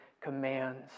commands